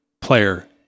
player